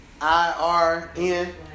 I-R-N